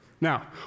Now